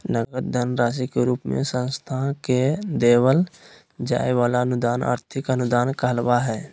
नगद धन राशि के रूप मे संस्था के देवल जाय वला अनुदान आर्थिक अनुदान कहलावय हय